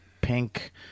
pink